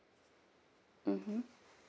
mmhmm